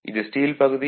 இது ஸ்டீல் பகுதி